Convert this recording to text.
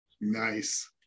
Nice